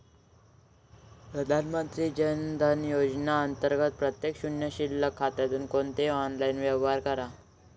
प्रधानमंत्री जन धन योजना अंतर्गत प्रत्येक शून्य शिल्लक खात्यातून कोणतेही ऑनलाइन व्यवहार करा